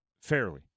fairly